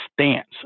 stance